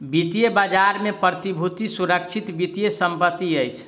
वित्तीय बजार में प्रतिभूति सुरक्षित वित्तीय संपत्ति अछि